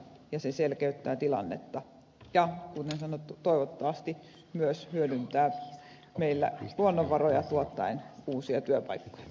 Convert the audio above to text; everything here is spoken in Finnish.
se selkeyttää tilannetta ja kuten sanottu toivottavasti myös hyödyntää meillä luonnonvaroja tuottaen uusia työpaikkoja